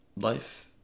Life